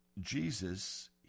Jesus